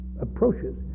approaches